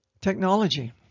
technology